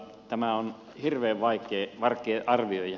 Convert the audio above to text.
että tämä on hirveän vaikea arvioida